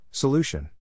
Solution